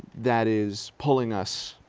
that is pulling us,